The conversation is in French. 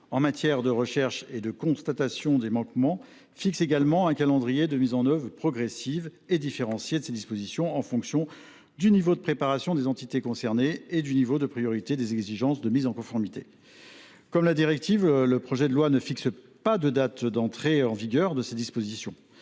en matière de recherche et de constatation des manquements fixe également un calendrier de mise en œuvre progressive et différenciée de ces dispositions, en fonction du niveau de préparation des entités concernées et du niveau de priorité des exigences de mise en conformité. Comme la directive, le projet de loi ne fixe pas de date d’entrée en vigueur de ces dispositions.